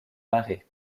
marées